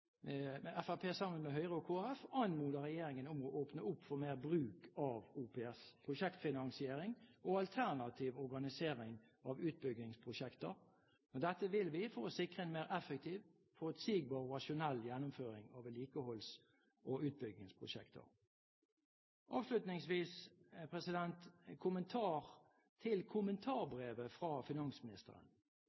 med Høyre og Kristelig Folkeparti, anmoder regjeringen om å åpne opp for mer bruk av OPS, prosjektfinansiering og alternativ organisering av utbyggingsprosjekter. Dette vil vi for å sikre en mer effektiv, forutsigbar og rasjonell gjennomføring av vedlikeholds- og utbyggingsprosjekter. Avslutningsvis en kommentar til kommentarbrevet fra finansministeren: